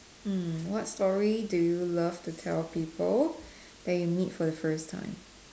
mm what story do you love to tell people that you meet for the first time